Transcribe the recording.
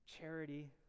charity